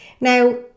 Now